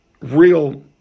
real